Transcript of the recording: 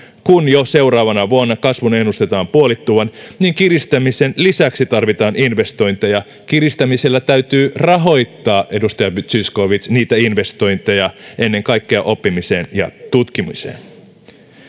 kun jo seuraavana vuonna kasvun ennustetaan puolittuvan niin kiristämisen lisäksi tarvitaan investointeja kiristämisellä täytyy rahoittaa edustaja zyskowicz niitä investointeja ennen kaikkea oppimiseen ja tutkimiseen